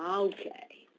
um okay.